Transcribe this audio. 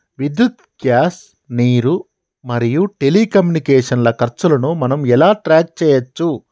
విద్యుత్ గ్యాస్ నీరు మరియు టెలికమ్యూనికేషన్ల ఖర్చులను మనం ఎలా ట్రాక్ చేయచ్చు?